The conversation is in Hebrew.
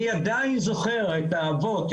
אני עדיין זוכר את האבות,